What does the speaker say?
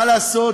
מה לעשות,